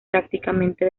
prácticamente